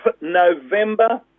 November